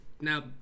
now